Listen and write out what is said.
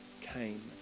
came